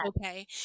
Okay